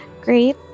great